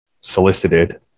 solicited